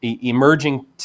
emerging